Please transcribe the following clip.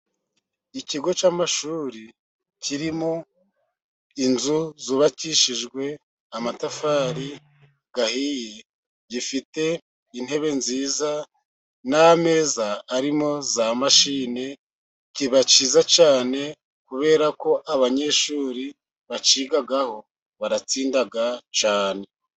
Ikigo cy'amashuri kirimo inzu zubakishijwe amatafari ahiye, gifite intebe nziza n'ameza arimo za mashini. Kiba kiza cyane kubera ko abanyeshuri bacyigaho baratsinda cyane.